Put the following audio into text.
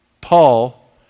Paul